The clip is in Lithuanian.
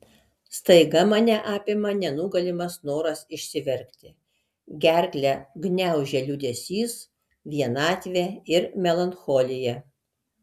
staiga mane apima nenugalimas noras išsiverkti gerklę gniaužia liūdesys vienatvė ir melancholija